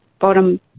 bottom